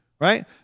right